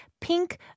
Pink